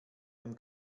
dem